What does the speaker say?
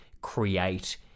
create